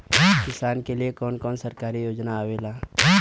किसान के लिए कवन कवन सरकारी योजना आवेला?